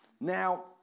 Now